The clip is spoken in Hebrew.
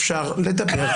אפשר לדבר.